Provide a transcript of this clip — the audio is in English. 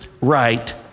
right